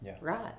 Right